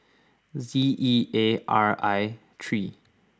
Z E A R I three